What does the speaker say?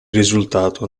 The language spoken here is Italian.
risultato